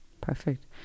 Perfect